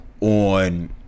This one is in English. on